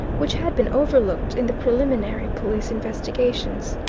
which had been overlooked in the preliminary police investigations.